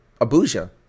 Abuja